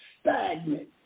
stagnant